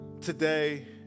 today